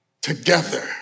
together